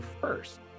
first